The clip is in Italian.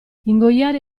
ingoiare